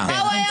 מהקואליציה.